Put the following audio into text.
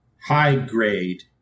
high-grade